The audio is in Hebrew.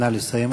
נא לסיים.